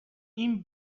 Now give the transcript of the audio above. این